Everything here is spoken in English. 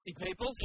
people